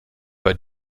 bei